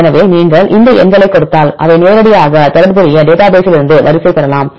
எனவே நீங்கள் இந்த எண்களைக் கொடுத்தால் அவை நேரடியாக தொடர்புடைய டேட்டா பேஸில் இருந்து வரிசையைப் பெறலாம்